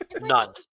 None